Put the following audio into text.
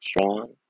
Strong